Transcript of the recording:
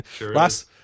last